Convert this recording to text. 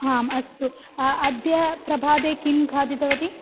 आम् अस्तु अद्य प्रभाते किं खादितवती